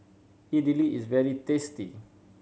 idili is very tasty